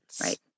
Right